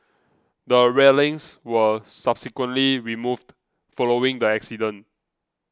the railings were subsequently removed following the accident